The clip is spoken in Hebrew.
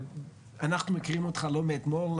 אנחנו מכירים אותך לא מאתמול,